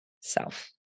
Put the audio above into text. self